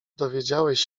dowiedziałeś